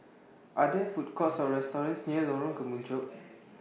Are There Food Courts Or restaurants near Lorong Kemunchup